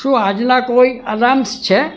શું આજનાં કોઈ અલાર્મ્સ છે